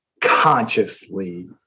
consciously